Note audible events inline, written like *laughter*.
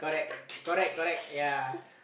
*laughs*